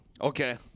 Okay